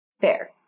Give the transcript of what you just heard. Fair